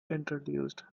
introduced